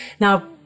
Now